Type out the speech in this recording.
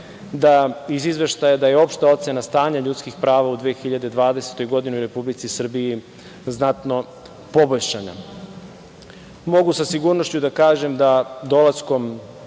iz izveštaja da je opšta ocena stanja ljudskih prava u 2020. godini u Republici Srbiji znatno poboljšana. Mogu sa sigurnošću da kažem da dolaskom